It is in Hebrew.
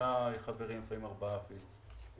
חמישה חברים, לפעמים ארבעה אפילו.